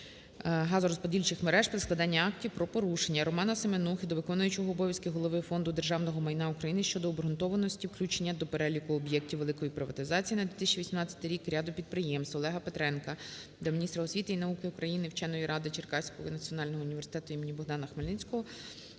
газорозподільчих мереж при складанні актів про порушення. РоманаСеменухи до виконуючого обов'язки голови Фонду державного майна України щодо обґрунтованості включення до переліку об'єктів великої приватизації на 2018 рік ряду підприємств. Олега Петренка до міністра освіти і науки України, Вченої ради Черкаського національного університету імені Богдана Хмельницького